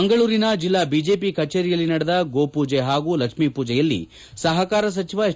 ಮಂಗಳೂರಿನ ಜಿಲ್ಲಾ ಬಿಜೆಪಿ ಕಜೇರಿಯಲ್ಲಿ ನಡೆದ ಗೋಪೂಜೆ ಹಾಗೂ ಲಕ್ಷ್ಮೀ ಪೂಜೆಯಲ್ಲಿ ಸಹಕಾರ ಸಚಿವ ಎಸ್